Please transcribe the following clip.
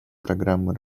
программы